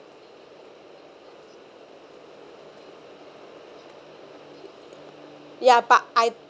ya but I